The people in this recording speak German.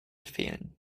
fehlen